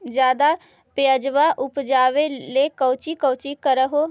ज्यादा प्यजबा उपजाबे ले कौची कौची कर हो?